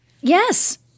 Yes